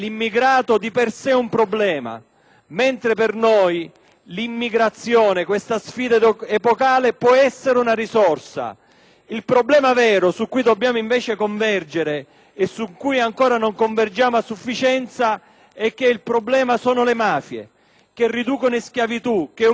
Il problema vero su cui dobbiamo invece convergere, perché ancora non lo facciamo a sufficienza, è quello delle mafie, che riducono in schiavitù, che umiliano, che mettono spesso sia l'immigrato sia i flussi di denaro che gli immigrati tentano di trasferire